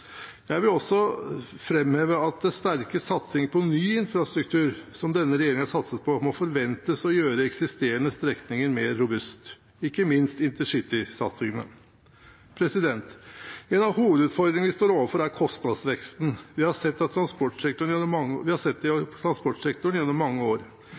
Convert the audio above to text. Jeg vil også framheve at den sterke satsingen på ny infrastruktur, som denne regjeringen har satset på, må forventes å gjøre eksisterende strekninger mer robuste, ikke minst intercitysatsingene. En av hovedutfordringene vi står overfor, er kostnadsveksten. Vi har sett det i transportsektoren gjennom mange